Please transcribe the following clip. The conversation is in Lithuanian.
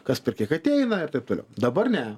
kas per kiek ateina ir taip toliau dabar ne